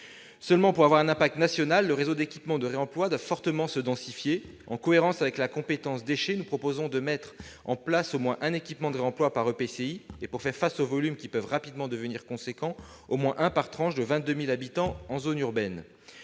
Seulement, pour avoir un impact national, le réseau d'équipements de réemploi doit fortement se densifier. En cohérence avec la compétence déchets, nous proposons de mettre en place au moins un équipement de réemploi par EPCI et, pour faire face aux volumes qui peuvent rapidement devenir importants, au moins un par tranche de 22 000 habitants en zone urbaine.